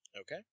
Okay